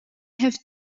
have